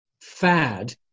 fad